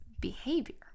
behavior